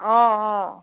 অঁ অঁ